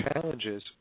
challenges